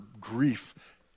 grief